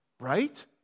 Right